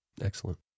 Excellent